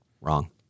Wrong